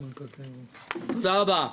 תודה רבה.